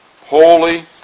holy